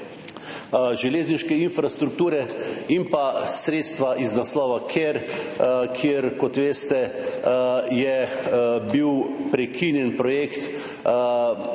železniške infrastrukture. Sredstva iz naslova CARE, ker, kot veste, je bil prekinjen projekt